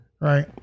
Right